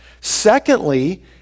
Secondly